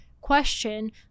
question